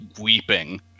weeping